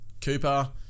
Cooper